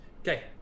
Okay